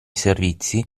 servizi